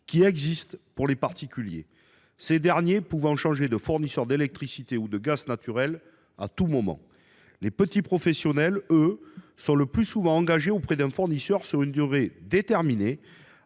qui existent pour les particuliers, ces derniers pouvant changer de fournisseur d’électricité ou de gaz naturel à tout moment. Les petits professionnels, eux, sont le plus souvent engagés auprès d’un fournisseur pour une durée déterminée,